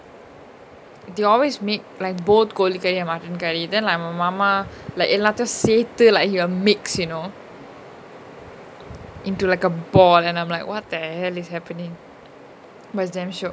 they always make like both கோழி:koli curry and mutton curry then like my மாமா:mama like எல்லாதயு சேத்து:ellathayu sethu like here mix you know into like a ball and I'm like what the hell is happening but is damn shiok